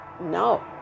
No